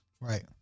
Right